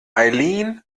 eileen